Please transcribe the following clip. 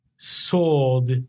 Sold